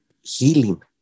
healing